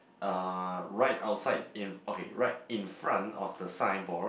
uh right outside in okay right in front of the signboard